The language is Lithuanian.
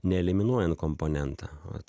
neeliminuojan komponentą vat